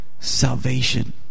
Salvation